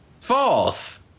false